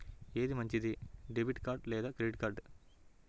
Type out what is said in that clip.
ఏది మంచిది, debit card లేదా క్రెడిట్ కార్డ్?